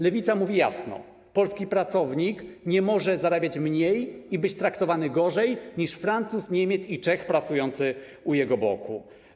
Lewica mówi jasno: polski pracownik nie może zarabiać mniej i być traktowany gorzej niż Francuz, Niemiec i Czech pracujący u jego boku.